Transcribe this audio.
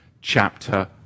chapter